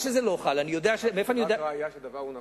על מה שזה לא חל, זו רק ראיה שהדבר הוא נכון.